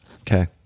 okay